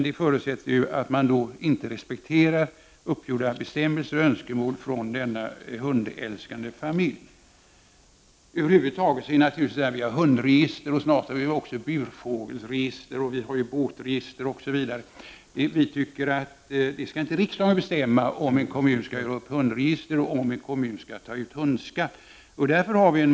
Det förutsätter att man inte respekterar uppgjorda bestämmelser och önskemål från dessa hundälskande familjer. Vi har båtregister, hundregister, och snart har vi väl också burfågelsregister, osv. Vi tycker inte att riksdagen skall bestämma om en kommun skall göra upp hundregister eller ta ut hundskatt.